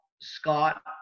Scott